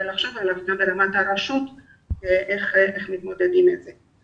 לחשוב על מאגר של צוות מחליף ואיך מתמודדים עם זה גם ברמת הרשות.